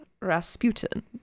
Rasputin